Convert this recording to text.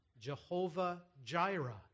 Jehovah-Jireh